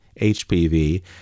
HPV